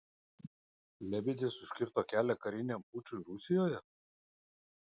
lebedis užkirto kelią kariniam pučui rusijoje